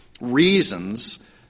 reasons